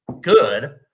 good